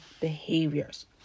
behaviors